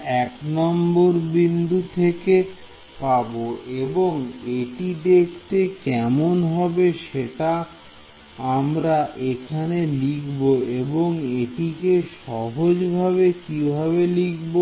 এটা 1 নম্বর বিন্দু থেকে পাব এবং এটি দেখতে কেমন হবে সেটা আমরা এখানে লিখব এবং এটিকে সহজ ভাবে কিভাবে লিখব